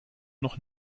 noch